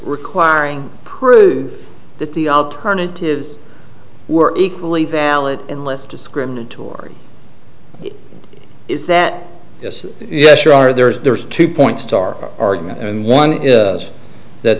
requiring proof that the alternatives were equally valid in less discriminatory it is that yes yes you are there is there's two points to our argument and one is that